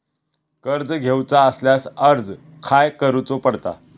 कर्ज घेऊचा असल्यास अर्ज खाय करूचो पडता?